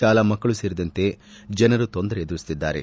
ಶಾಲಾ ಮಕ್ಕಳು ಸೇರಿದಂತೆ ಜನರು ತೊಂದರೆ ಎದುರಿಸುತ್ತಿದ್ದಾರೆ